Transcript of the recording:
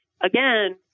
again